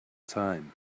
time